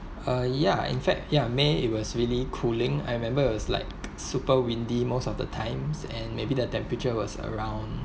uh yeah in fact ya may it was really cooling I remember it was like super windy most of the times and maybe the temperature was around